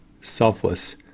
selfless